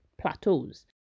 plateaus